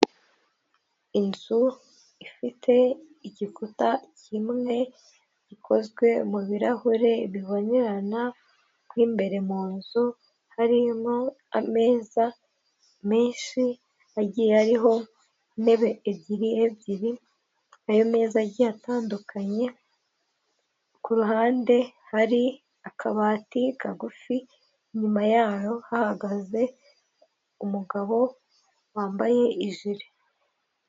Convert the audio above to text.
Inzu ifite igikuta kimwe, gikozwe mu birahure bibonerana, mwo imbere mu nzu, harimo ameza menshi, agiye ariho intebe ebyirebyiri, ayo meza agiye atandukanye, ku ruhande hari akabati kagufi, inyuma yaho hahagaze umugabo wambaye ijire.